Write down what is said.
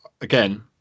again